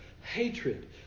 Hatred